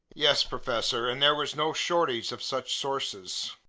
yes, professor, and there was no shortage of such sources.